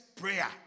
prayer